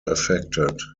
affected